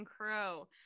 crow